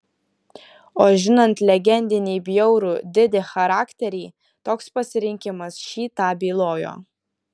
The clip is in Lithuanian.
o žinant legendinį bjaurų didi charakterį toks pasirinkimas šį tą bylojo